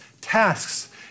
tasks